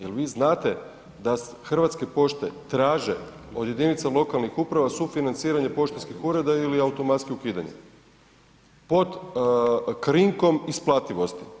Je li vi znate da HP-e traže od jedinica lokalnih uprava sufinanciranje poštanskih ureda ili automatski ukidanje pod krinkom isplativosti?